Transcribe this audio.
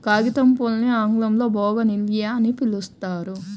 కాగితంపూలని ఆంగ్లంలో బోగాన్విల్లియ అని పిలుస్తారు